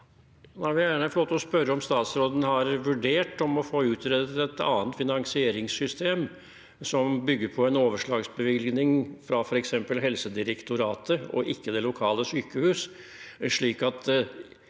statsråden har vurdert å få utredet et annet finansieringssystem som bygger på en overslagsbevilgning fra f.eks. Helsedirektoratet, og ikke det lokale sykehuset,